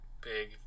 big